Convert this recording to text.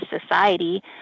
society